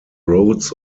rhodes